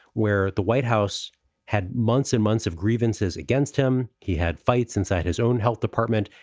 where the white house had months and months of grievances against him, he had fights inside his own health department.